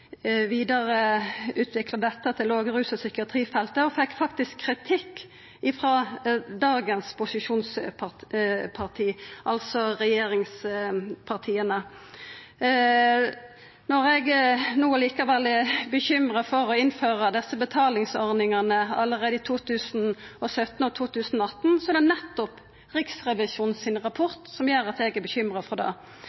fekk faktisk kritikk frå dagens posisjonsparti, altså regjeringspartia. Når eg no likevel er bekymra for å innføra desse betalingsordningane allereie i 2017 og 2018, er det nettopp